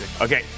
Okay